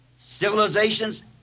Civilizations